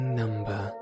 number